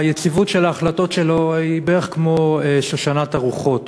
היציבות של ההחלטות שלו היא בערך כמו שושנת הרוחות,